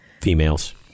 females